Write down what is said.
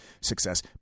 success